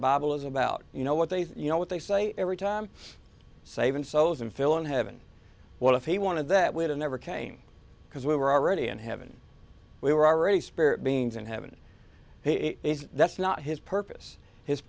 bottle is about you know what they you know what they say every time saving souls and phil and heaven what if he wanted that would have never came because we were already in heaven we were already spirit beings in heaven he is that's not his purpose his